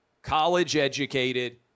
college-educated